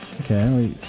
Okay